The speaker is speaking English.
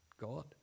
God